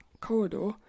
corridor